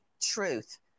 truth